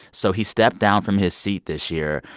so he stepped down from his seat this year,